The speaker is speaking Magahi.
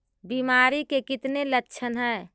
बीमारी के कितने लक्षण हैं?